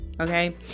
okay